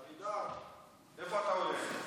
אבידר, איפה אתה הולך?